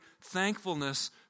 thankfulness